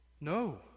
No